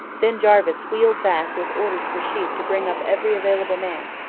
then jarvis wheeled back with orders for sheaffe to bring up every available man,